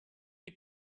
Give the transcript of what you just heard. die